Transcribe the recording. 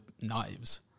knives